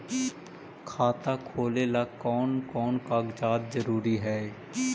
खाता खोलें ला कोन कोन कागजात जरूरी है?